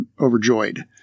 overjoyed